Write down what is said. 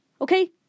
Okay